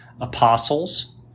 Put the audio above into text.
Apostles